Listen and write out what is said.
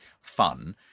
fun